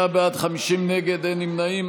28 בעד, 50 נגד, אין נמנעים.